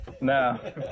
No